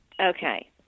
Okay